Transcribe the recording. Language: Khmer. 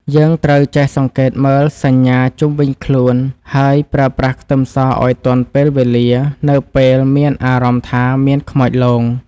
យើងត្រូវចេះសង្កេតមើលសញ្ញាជុំវិញខ្លួនហើយប្រើប្រាស់ខ្ទឹមសឱ្យទាន់ពេលវេលានៅពេលមានអារម្មណ៍ថាមានខ្មោចលង។